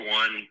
one